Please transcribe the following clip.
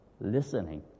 listening